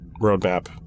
roadmap